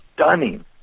stunning